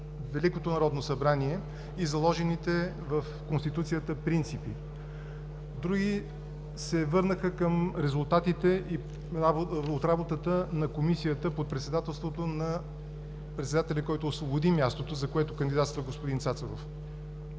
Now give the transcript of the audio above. Великото народно събрание и заложените в Конституцията принципи. Други се върнаха към резултатите от работата на Комисията под председателството на председателя, който освободи мястото, за което кандидатства господин Цацаров.